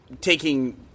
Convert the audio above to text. taking